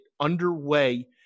underway